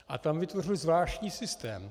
A tam vytvořili zvláštní systém.